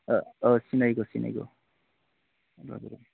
सिनायगौ सिनायगौ